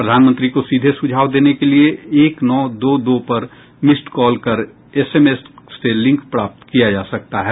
प्रधानमंत्री को सीधे सुझाव देने के लिए एक नौ दो दो पर मिस्ड कॉल कर एस एम एस से लिंक प्राप्त किया जा सकता है